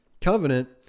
covenant